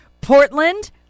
Portland